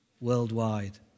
worldwide